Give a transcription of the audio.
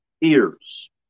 ears